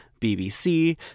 BBC